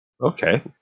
Okay